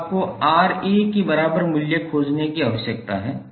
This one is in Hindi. अब आपको Ra के बराबर मूल्य खोजने की आवश्यकता है